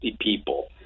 people